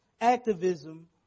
activism